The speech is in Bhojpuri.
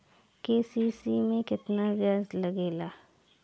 के.सी.सी में केतना ब्याज लगेला?